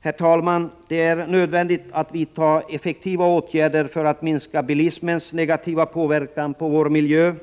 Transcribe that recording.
Herr talman! Det är nödvändigt att vidta effektiva åtgärder för att minska bilismens negativa påverkan på vår miljö.